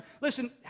listen